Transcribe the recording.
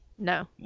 No